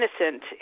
innocent